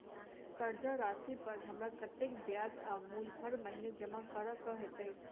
कर्जा राशि पर हमरा कत्तेक ब्याज आ मूल हर महीने जमा करऽ कऽ हेतै?